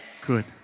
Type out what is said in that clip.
Good